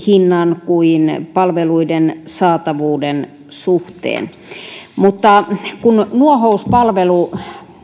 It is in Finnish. hinnan kuin myös palveluiden saatavuuden suhteen mutta kun nuohouspalvelu